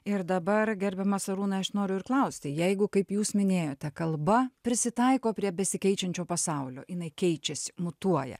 ir dabar gerbiamas arūnai aš noriu ir klausti jeigu kaip jūs minėjote kalba prisitaiko prie besikeičiančio pasaulio jinai keičiasi mutuoja